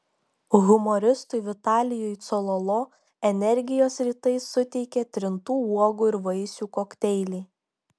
humoristui vitalijui cololo energijos rytais suteikia trintų uogų ir vaisių kokteiliai